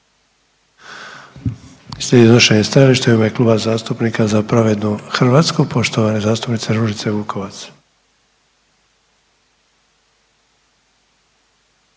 govorit će poštovana zastupnica Ružica Vukovac.